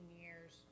years